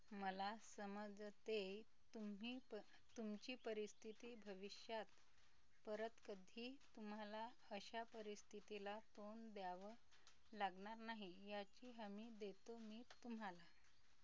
मला समजते तुम्ही प तुमची परिस्थिती भविष्यात परत कधी तुम्हाला अशा परिस्थितीला तोंड द्यावं लागणार नाही याची हमी देतो मी तुम्हाला